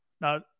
Now